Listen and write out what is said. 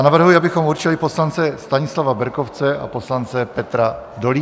Navrhuji, abychom určili poslance Stanislava Berkovce a poslance Petra Dolínka.